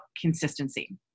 consistency